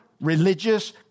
Religious